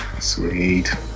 Sweet